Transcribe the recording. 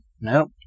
Nope